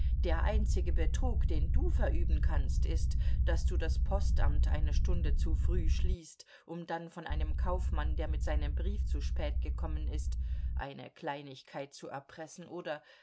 der einzige betrug den du verüben kannst ist daß du das postamt eine stunde zu früh schließt um dann von einem kaufmann der mit seinem brief zu spät gekommen ist eine kleinigkeit zu erpressen oder